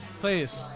Please